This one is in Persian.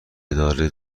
اداره